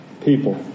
people